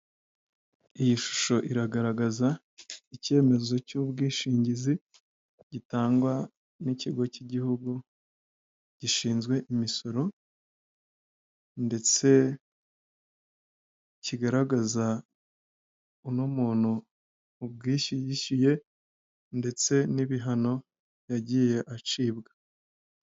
Iyi shusho iragaragaza icyemezo cy'ubwishingizi gitangwa n'ikigo cy' igihugu gishinzwe imisoro ndetse kigaragaza uno muntu ubwishyu yishyuye ndetse n'ibihano yagiye acibwa.